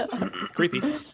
Creepy